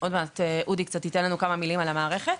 עוד מעט אודי קצת ייתן לנו כמה מילים על המערכת,